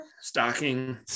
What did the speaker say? stocking